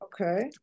Okay